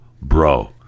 bro